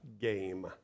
game